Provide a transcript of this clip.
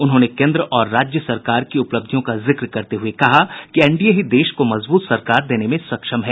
उन्होंने केन्द्र और राज्य सरकार की उपलब्धियों का जिक्र करते हुए कहा कि एनडीए ही देश को मजबूत सरकार देने में सक्षम है